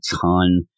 ton